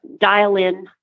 dial-in